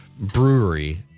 brewery